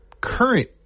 current